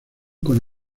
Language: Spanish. con